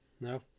No